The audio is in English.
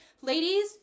ladies